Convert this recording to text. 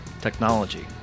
technology